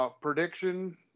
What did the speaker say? Prediction